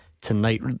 Tonight